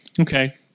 Okay